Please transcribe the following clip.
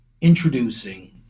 introducing